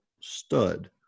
stud